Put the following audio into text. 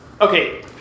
Okay